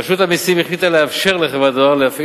רשות המסים החליטה לאפשר לחברת "דואר ישראל" להפעיל